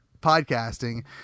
podcasting